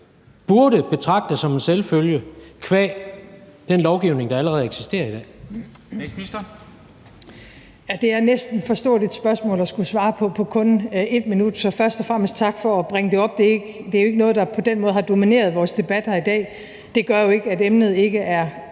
burde betragte som en selvfølge qua den lovgivning, der allerede eksisterer i dag?